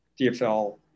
DFL